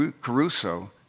Caruso